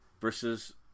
versus